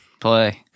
play